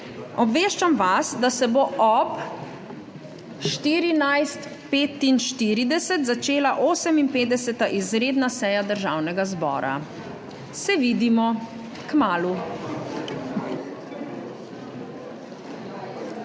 Obveščam vas, da se bo ob 14.45 začela 58. izredna seja Državnega zbora. Se vidimo kmalu.